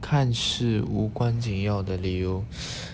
看似无关紧要的理由